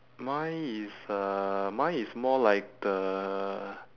mine is uh mine is more like the